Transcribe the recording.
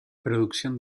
producción